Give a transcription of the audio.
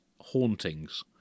hauntings